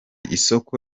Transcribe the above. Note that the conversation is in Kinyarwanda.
isoko